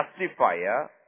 justifier